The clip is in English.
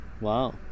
Wow